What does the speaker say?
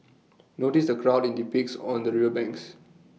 notice the crowd IT depicts on the river banks